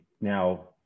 now